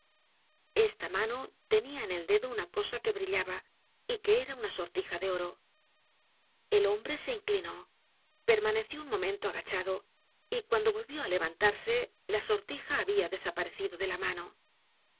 esta mano tenia en el dedo una cosa que brillaba y que era una sortija de oro el hombre se inclinó permaneció un momento agachado y cuando volvió á levantarse la sortija habia desaparecido de la mano